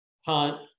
hunt